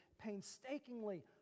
painstakingly